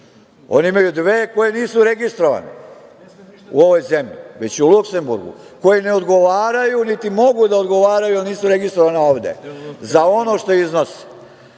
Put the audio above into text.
Oni imaju dve koje nisu registrovane u ovoj zemlji, već u Luksemburgu, koje ne odgovaraju, niti mogu da odgovaraju, jer nisu registrovane ovde, za ono što iznose.